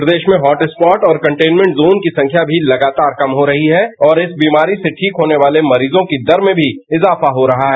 प्रदेश में हॉटस्पॉट और containment zone की संख्या भी लगतार कम हो रही है और इस बिमारी से ठीक होने वाले मरीजों की दर में भी इजाफा हो रहा है